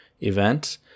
event